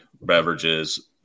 beverages